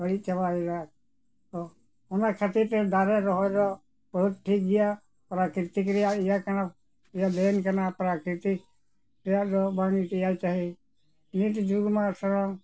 ᱵᱟᱹᱲᱤᱡ ᱪᱟᱵᱟᱭᱮᱫᱟ ᱛᱚ ᱚᱱᱟ ᱠᱷᱟᱹᱛᱤᱨ ᱛᱮ ᱫᱟᱨᱮ ᱨᱚᱦᱚᱭ ᱫᱚ ᱵᱚᱦᱩᱛ ᱴᱷᱤᱠ ᱜᱮᱭᱟ ᱯᱨᱟᱠᱨᱤᱛᱤᱠ ᱨᱮᱭᱟᱜ ᱤᱭᱟᱹ ᱠᱟᱱᱟ ᱠᱟᱱᱟ ᱯᱨᱟᱠᱤᱨᱛᱤᱠ ᱨᱮᱭᱟᱜ ᱫᱚ ᱵᱟᱝ ᱱᱤᱛ ᱡᱩᱜᱽ ᱢᱟ